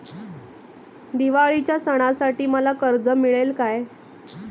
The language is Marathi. दिवाळीच्या सणासाठी मला कर्ज मिळेल काय?